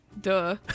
duh